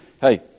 hey